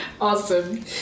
Awesome